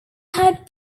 had